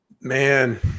Man